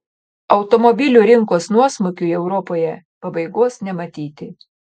automobilių rinkos nuosmukiui europoje pabaigos nematyti